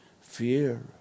fear